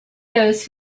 those